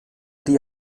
die